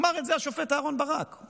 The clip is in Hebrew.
אמר את זה השופט אהרן ברק,